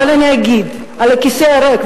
אבל אני אגיד לכיסא הריק,